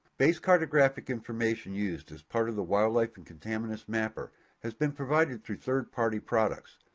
base cartographic information used as part of the wildlife and contaminants mapper has been provided through third party products.